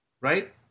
right